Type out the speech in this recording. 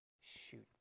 Shoot